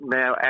now